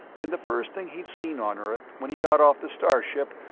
and the first thing he'd seen on earth, when he got off the starship,